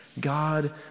God